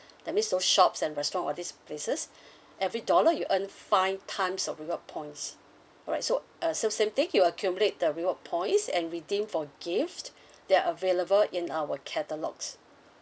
that means those shops and restaurant all these places every dollar you earn five times of reward points all right so uh so same thing you accumulate the reward points and redeem for gifts that are available in our catalogues